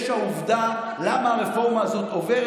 יש העובדה למה הרפורמה הזאת עוברת